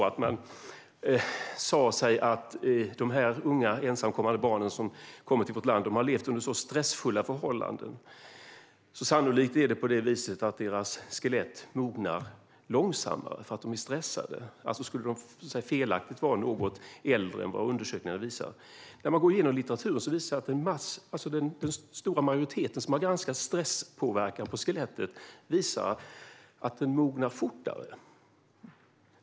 Det har sagts att dessa unga ensamkommande barn som har kommit till vårt land har levt under så stressfulla förhållanden att det är sannolikt att deras skelett mognar långsammare. Alltså skulle de vara något äldre än vad undersökningarna felaktigt visar. När vi går igenom litteraturen framkommer det att den stora majoriteten undersökningar som har granskat stresspåverkan på skelettet visar att det mognar fortare.